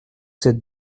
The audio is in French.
cette